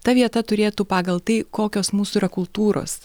ta vieta turėtų pagal tai kokios mūsų yra kultūros